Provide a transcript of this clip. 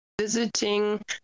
visiting